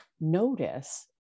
notice